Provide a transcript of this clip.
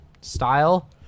style